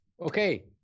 Okay